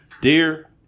Dear